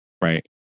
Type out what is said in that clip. right